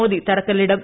മോദി തറക്കല്ലിടും